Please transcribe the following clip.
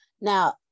Now